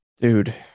Dude